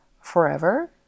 Forever